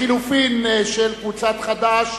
לחלופין של קבוצת חד"ש,